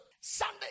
Sunday